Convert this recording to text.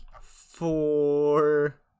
four